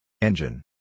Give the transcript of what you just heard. Engine